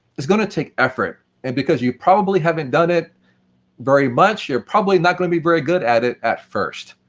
it's going to take effort and because you probably haven't done it very much, you're probably not going to be very good at it at first.